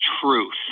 Truth